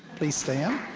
please stand.